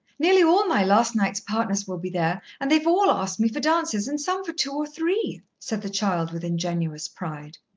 nearly all my last night's partners will be there, and they've all asked me for dances, and some for two or three, said the child with ingenuous pride.